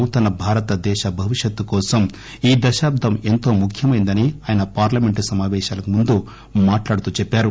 నూతన భారతదేశ భవిష్యత్తు కోసం దశాబ్దం ఎంతో ముఖ్యమైయిందని ఆయన పార్లమెంటు సమాపేశాలకు ముందు మాట్లాడుతూ చెప్పారు